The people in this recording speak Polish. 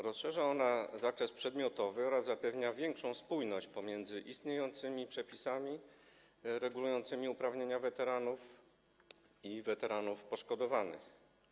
Rozszerza on zakres przedmiotowy oraz zapewnia większą spójność pomiędzy istniejącymi przepisami regulującymi uprawnienia weteranów i weteranów poszkodowanych.